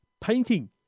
painting